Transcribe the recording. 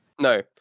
No